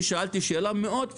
אני שאלתי שאלה מאוד פשוטה.